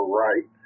right